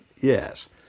Yes